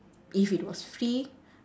if it was free